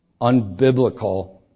unbiblical